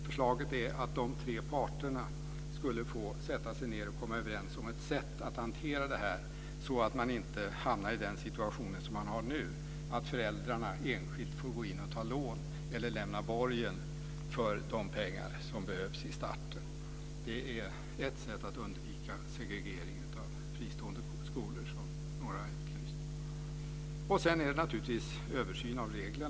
Förslaget är att de tre parterna skulle komma överens om ett sätt att hantera detta så att man inte hamnar i den situation som man har nu, nämligen att föräldrarna enskilt får gå in och ta lån eller gå i borgen för de pengar som behövs i starten. Det är ett sätt att undvika segregering av fristående skolor. Sedan behövs det naturligtvis en översyn av reglerna.